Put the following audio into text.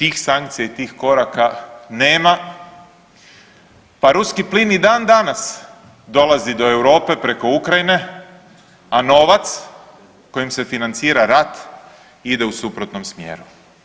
Ali tih sankcija i tih koraka nema, pa ruski plin i dan danas dolazi do Europe preko Ukrajine, a novac kojim se financira rat ide u suprotnom smjeru.